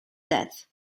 death